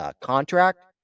contract